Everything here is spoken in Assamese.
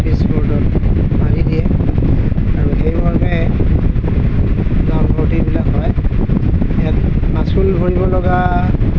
নটিছবৰ্ডত মাৰি দিয়ে আৰু সেই মৰ্মে নামভৰ্তিবিলাক হয় ইয়াত মাচুল ভৰিবলগা